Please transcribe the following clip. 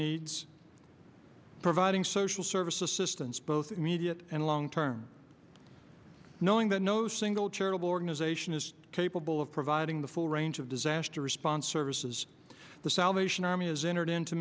needs providing social service assistance both immediate and long term knowing that no single charitable organization is capable of providing the full range of disaster response services the salvation army has entered into